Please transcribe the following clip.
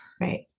Right